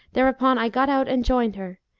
thereupon i got out and joined her,